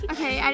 Okay